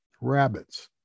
rabbits